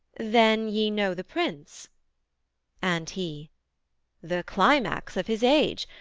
then ye know the prince and he the climax of his age!